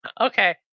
Okay